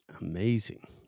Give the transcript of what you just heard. Amazing